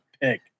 pick